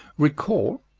recall,